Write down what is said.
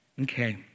Okay